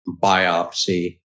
biopsy